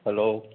hello